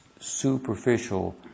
superficial